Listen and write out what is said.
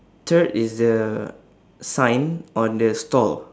third is the sign on the stall